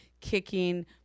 kicking